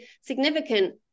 significant